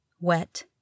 wet